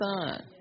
son